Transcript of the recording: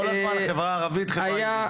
כל הזמן: החברה הערבית, החברה היהודית .